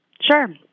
Sure